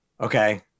Okay